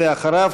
ואחריו,